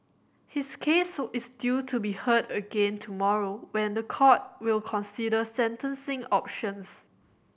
his case is due to be heard again tomorrow when the court will consider sentencing options